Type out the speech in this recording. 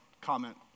comment